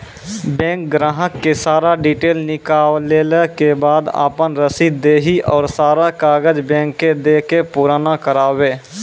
Bank ग्राहक के सारा डीटेल निकालैला के बाद आपन रसीद देहि और सारा कागज बैंक के दे के पुराना करावे?